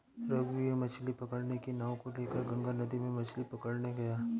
रघुवीर मछ्ली पकड़ने की नाव को लेकर गंगा नदी में मछ्ली पकड़ने गया